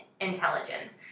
intelligence